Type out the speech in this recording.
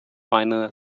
final